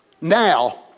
now